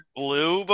blue